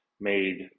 made